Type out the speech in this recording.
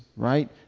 Right